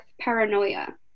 paranoia